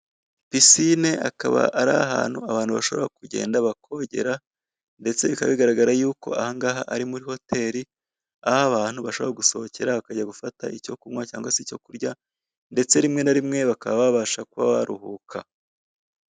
Pisine hakaba ari ahantu abantu bashobora kugenda bakogera ndetse bikaba bigaragara yuko ahangaha ari muri hoteli, aho abantu bashobora gusohokera bakajya gufata icyo kunywa cyangwa se icyo kurya ndetse rimwe na rimwe bakaba babasha kuba baruhuka.